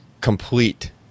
complete